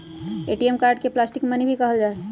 ATM card के plastic money भी कहल जाहई